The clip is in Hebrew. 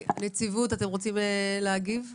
הנציבות, אתם רוצים להגיב לדבריה?